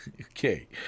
Okay